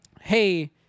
hey